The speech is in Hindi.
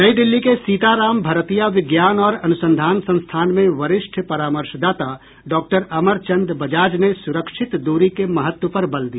नई दिल्ली के सीताराम भरतिया विज्ञान और अनुसंधान संस्थान में वरिष्ठ परामर्शदाता डॉक्टर अमरचन्द बजाज ने सुरक्षित दूरी के महत्व पर बल दिया